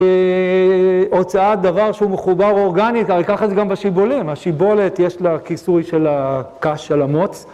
הוצאת דבר שהוא מחובר אורגנית, הרי ככה זה גם בשיבולים, השיבולת יש לה כיסוי של הקש של המוץ.